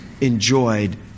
enjoyed